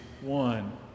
one